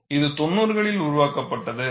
இது 90 களில் உருவாக்கப்பட்டது